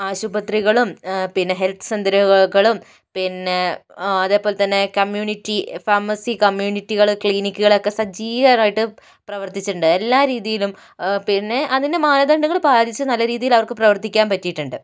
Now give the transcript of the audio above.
ആശുപത്രികളും പിന്നെ ഹെൽത്ത് സെന്ററുകളും പിന്നെ അതേ പോലെ തന്നെ കമ്യൂണിറ്റി ഫാർമസി കമ്മ്യൂണിറ്റികൾ ക്ലിനിക്കുകൾ ഒക്കെ സജീവമായിട്ട് പ്രവർത്തിച്ചിട്ടുണ്ട് എല്ലാ രീതിയിലും പിന്നെ അതിൻ്റെ മാനദണ്ഡങ്ങൾ പാലിച്ചു നല്ല രീതിയിൽ അവർക്ക് പ്രവർത്തിക്കാൻ പറ്റിയിട്ടുണ്ട്